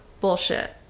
bullshit